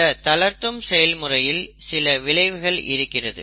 இந்த தளர்த்தும் செயல்முறையில் சில விளைவுகள் இருக்கிறது